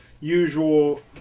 usual